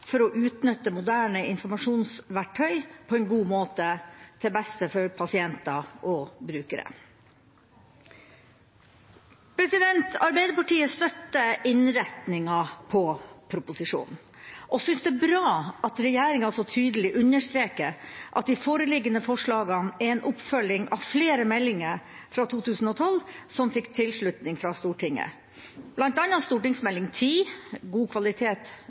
for å utnytte moderne informasjonsverktøy på en god måte, til beste for pasienter og brukere. Arbeiderpartiet støtter innretninga på denne proposisjonen og synes det er bra at regjeringa så tydelig understreker at de foreliggende forslagene er en oppfølging av flere meldinger fra 2012, som fikk tilslutning fra Stortinget, bl.a. Meld. St. 10 for 2012–2013, God kvalitet